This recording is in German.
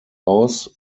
aus